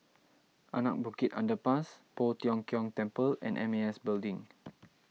Anak Bukit Underpass Poh Tiong Kiong Temple and M A S Building